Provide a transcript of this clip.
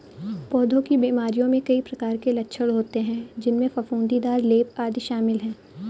पौधों की बीमारियों में कई प्रकार के लक्षण होते हैं, जिनमें फफूंदीदार लेप, आदि शामिल हैं